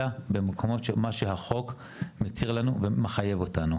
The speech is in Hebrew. אלא במקומות שהחוק מתיר לנו ומחייב אותנו,